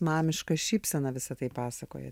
mamiška šypsena visa tai pasakojat